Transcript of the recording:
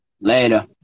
Later